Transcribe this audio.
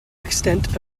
extent